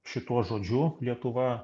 šituo žodžiu lietuva